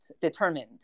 determined